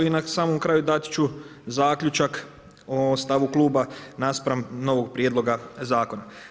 I na samom kraju dat ću zaključak o stavu Kluba naspram novog prijedloga zakona.